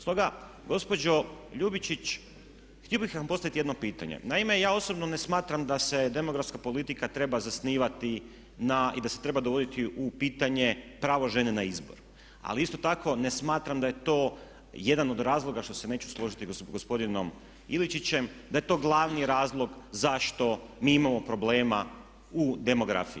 Stoga gospođo Ljubičić, htio bih vam postaviti jedno pitanje. naime, ja osobno se smatram da se demografska politika treba zasnivati na i da se treba dovoditi u pitanje pravo žene na izbor ali isto tako ne smatram da je to jedan od razloga što se neću složiti s gospodinom Ilčićem, da je to glavni razlog zašto mi imamo problema u demografiji.